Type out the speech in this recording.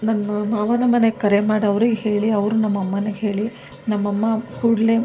ನಮ್ಮ ಮಾವನ ಮನೆಗೆ ಕರೆ ಮಾಡಿ ಅವ್ರಿಗೆ ಹೇಳಿ ಅವರು ನಮ್ಮಮ್ಮನಿಗೆ ಹೇಳಿ ನಮ್ಮಮ್ಮ ಕೂಡಲೆ